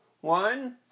one